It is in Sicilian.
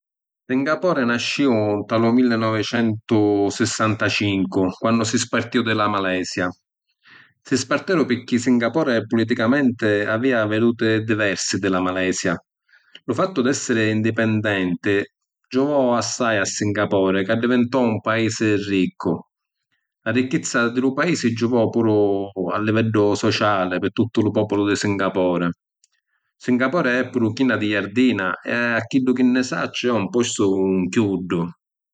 Singapore nascìu nta lu millinovicentusissantacincu quannu si spartìu di la Malesia. Si sparteru pirchì Singapore puliticamenti havìa viduti diversi di la Malesia. Lu fattu di essiri indipendenti, giuvò assai a Singapore chi addivintò un paisi riccu. La ricchizza di lu paisi giuvò puru a liveddu sociali pi tuttu lu populu di Singapore. Singapore è puru china di jardina e a chiddu chi sacciu è postu nchiuddu.